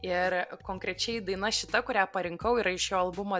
ir konkrečiai daina šita kurią parinkau yra iš jo albumo